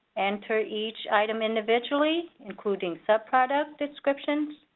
enter each item individually, including subproduct descriptions,